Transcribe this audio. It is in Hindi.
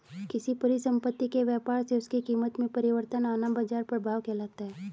किसी परिसंपत्ति के व्यापार से उसकी कीमत में परिवर्तन आना बाजार प्रभाव कहलाता है